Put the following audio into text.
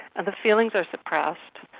the feelings are suppressed,